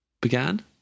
began